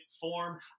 form